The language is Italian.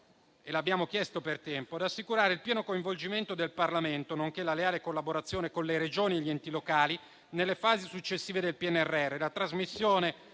e l'abbiamo chiesto per tempo, di assicurare il pieno coinvolgimento del Parlamento, nonché la leale collaborazione con le Regioni e gli enti locali nelle fasi successive del PNRR,